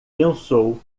pensou